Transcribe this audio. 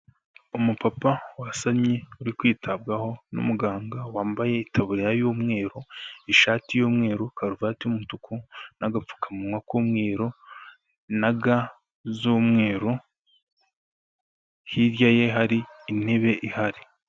Umupapa wasanye uri kwitabwaho n'umuganga wambaye itaburiya y'umweru, ishati y'umweru, karuvati y'umutuku n'agapfukamunwa k'umweru na ga z'umweru, hirya ye hari intebe ihari.